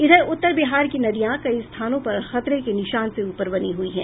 इधर उत्तर बिहार की नदियां कई स्थानों पर खतरे के निशान से ऊपर बनी हुयी हैं